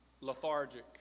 lethargic